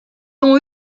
ont